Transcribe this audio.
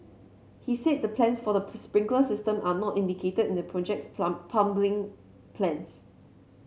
he said the plans for the sprinkler system are not indicated in the project's plum plumbing plans